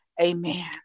Amen